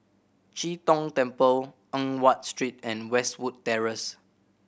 Chee Tong Temple Eng Watt Street and Westwood Terrace